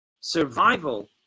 Survival